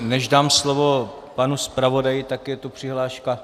Než dám slovo panu zpravodaji, tak je tu přihláška...